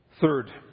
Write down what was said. Third